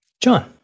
john